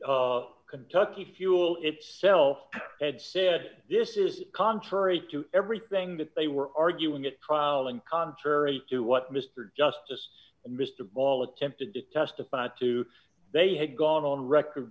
kentucky fuel itself had said this is contrary to everything that they were arguing at trial and contrary to what mr justice and mr ball attempted to testified to they had gone on record